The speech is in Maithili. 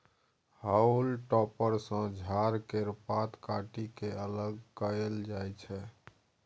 हाउल टॉपर सँ झाड़ केर पात काटि के अलग कएल जाई छै